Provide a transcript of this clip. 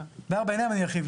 בארבע עיניים אני ארחיב לך.